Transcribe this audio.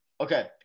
Okay